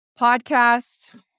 podcast